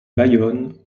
bayonne